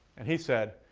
and he said,